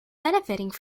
benefiting